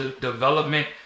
development